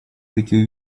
таки